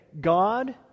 God